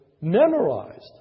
memorized